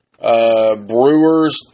Brewers